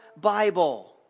Bible